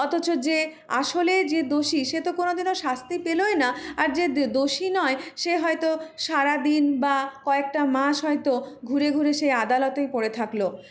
অথচ যে আসলে যে দোষী সে তো কোনোদিনো শাস্তি পেলই না আর যে দোষী নয় সে হয়তো সারাদিন বা কয়েকটা মাস হয়তো ঘুরে ঘুরে সে আদালতেই পড়ে থাকল